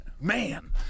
man